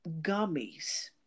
gummies